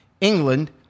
England